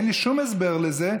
ואין לי שום הסבר לזה,